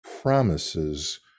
Promises